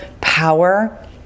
power